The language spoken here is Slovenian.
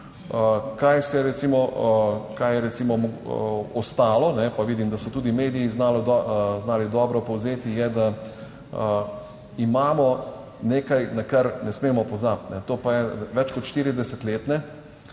recimo ostalo, pa vidim, da so tudi mediji znali dobro povzeti, je, da imamo nekaj, na kar ne smemo pozabiti, to pa je več kot 40-letne,